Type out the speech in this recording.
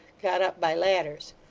got up by ladders.